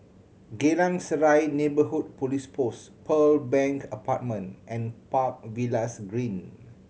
Geylang Serai Neighbourhood Police Post Pearl Bank Apartment and Park Villas Green